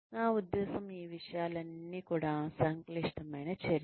నా ఉద్దేశ్యం ఈ విషయాలన్నీ కూడా సంక్లిష్టమైన చర్య